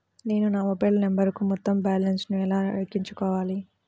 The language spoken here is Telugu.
నేను నా మొబైల్ నంబరుకు మొత్తం బాలన్స్ ను ఎలా ఎక్కించుకోవాలి?